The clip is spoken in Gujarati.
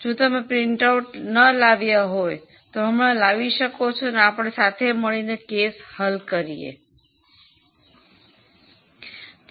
જો તમે પ્રિન્ટઆઉટ ન લાવીયા હોય તો હમણાં લાવી શકો છો અને આપણે સાથે મળીને કેસ હલ કરીશું